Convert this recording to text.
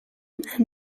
and